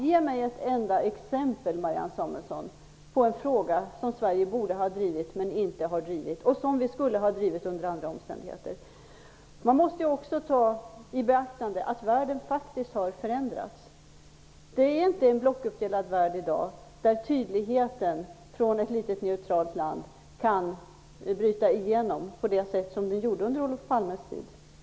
Ge mig ett enda exempel, Marianne Samuelsson, på en fråga som Sverige borde ha drivit men inte har gjort det och som vi skulle ha drivit under andra omständigheter! Man måste också ta i beaktande att världen faktiskt har förändrats. Det är inte en blockuppdelad värld i dag där tydligheten från ett litet neutralt land kan bryta igenom på det sätt som det gjorde under Olof Palmes tid.